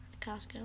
Costco